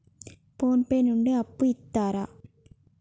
Phone pay నుండి అప్పు ఇత్తరా?